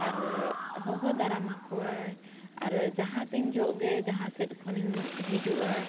ᱟᱨ ᱦᱚᱦᱚ ᱫᱟᱨᱟᱢ ᱟᱠᱚᱣᱟᱭ ᱟᱨ ᱡᱟᱦᱟᱸ ᱛᱤᱧ ᱡᱚᱦᱚᱜ ᱜᱮ ᱡᱟᱦᱟᱸ ᱥᱮᱫ ᱠᱷᱚᱱᱤᱧ ᱦᱤᱡᱩᱜᱼᱟ